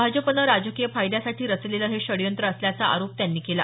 भाजपनं राजकीय फायद्यासाठी रचलेलं हे षडयंत्र असल्याचा आरोप त्यांनी केला